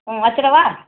ம் வெச்சிடவா